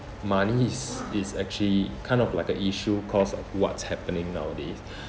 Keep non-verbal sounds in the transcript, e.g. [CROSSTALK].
money is is actually kind of like a issue cause of what's happening nowadays [BREATH]